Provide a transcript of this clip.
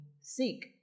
seek